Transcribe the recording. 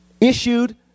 issued